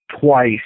twice